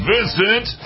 Vincent